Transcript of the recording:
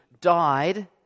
died